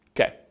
Okay